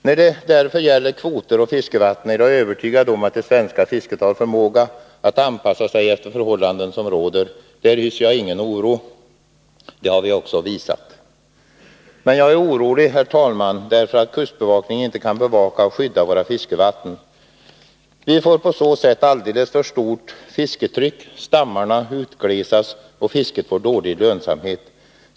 När det gäller kvoter och fiskevatten är jag övertygad om att det svenska fisket har förmåga att anpassa sig efter de förhållanden som råder — där hyser jag ingen oro. Det har vi också visat. Men jag är orolig, herr talman, för att kustbevakningen inte kan bevaka och skydda våra fiskevatten. Vi får då alldeles för stort fisketryck — stammarna utglesas, och fisket får dålig lönsamhet.